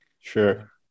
sure